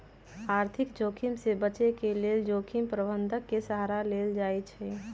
आर्थिक जोखिम से बचे के लेल जोखिम प्रबंधन के सहारा लेल जाइ छइ